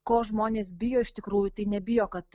ko žmonės bijo iš tikrųjų tai nebijo kad